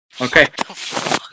Okay